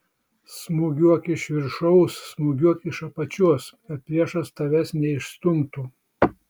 smūgiuok iš viršaus smūgiuok iš apačios kad priešas tavęs neišstumtų